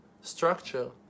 structure